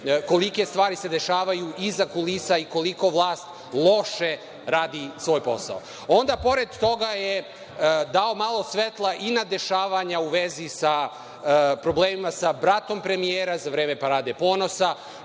kolike stvari se dešavaju iza kulisa i koliko vlast loše radi svoj posao. Onda, pored toga je dao malo svetla i na dešavanja u vezi sa problemima sa bratom premijera za vreme „Parade ponosa“,